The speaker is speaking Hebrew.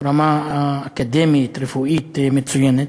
רמה אקדמית, רפואית, מצוינת.